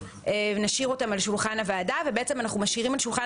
נשאיר אותן על שולחן הוועדה ובעצם אנחנו משאירים על שולחן